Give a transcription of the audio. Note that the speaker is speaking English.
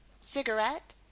Cigarette